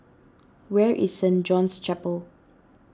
where is Saint John's Chapel